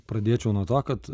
pradėčiau nuo to kad